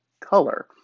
color